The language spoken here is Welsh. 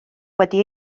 wedi